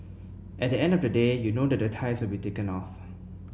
at the end of the day you know the ties will be taken off